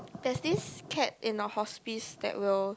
that's this cat in the hospice that will